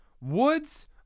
Woods